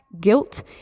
guilt